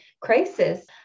crisis